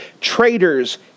traitors